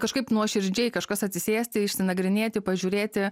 kažkaip nuoširdžiai kažkas atsisėsti išsinagrinėti pažiūrėti